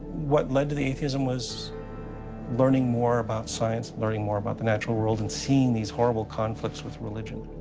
what led to the atheism was learning more about science, learning more about the natural world, and seeing these horrible conflicts with religion.